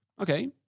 Okay